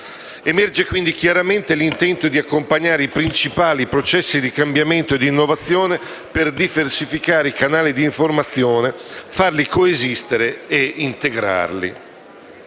Emerge, quindi, chiaramente l'intento di accompagnare i principali processi di cambiamento e di innovazione per diversificare i canali di informazione, farli coesistere e integrarli.